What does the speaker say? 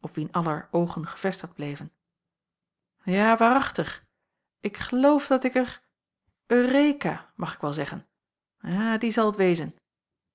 op wien aller oogen gevestigd bleven ja waarachtig ik geloof dat ik er mag ik wel zeggen ja die zal het wezen